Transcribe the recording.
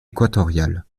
équatoriales